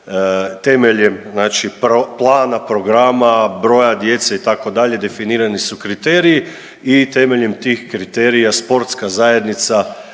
temeljem znači plana, programa, broja djece itd. definirani su kriteriji i temeljem tih kriterija sportska zajednica